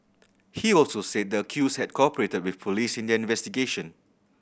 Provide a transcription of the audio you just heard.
he also said the accused had cooperated with police in their investigation